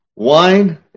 Wine